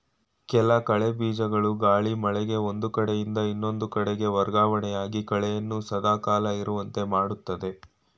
ಕೆಲ ಕಳೆ ಬೀಜಗಳು ಗಾಳಿ, ಮಳೆಗೆ ಒಂದು ಕಡೆಯಿಂದ ಇನ್ನೊಂದು ಕಡೆಗೆ ವರ್ಗವಣೆಯಾಗಿ ಕಳೆಯನ್ನು ಸದಾ ಕಾಲ ಇರುವಂತೆ ಮಾಡುತ್ತದೆ